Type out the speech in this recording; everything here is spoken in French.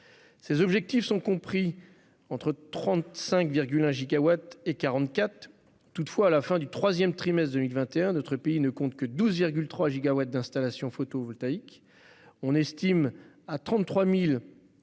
Ces objectifs sont compris entre 35,1 et 44 gigawatts. Toutefois, à la fin du troisième trimestre 2021, notre pays ne compte que 12,3 gigawatts d'installations photovoltaïques et l'on estime qu'il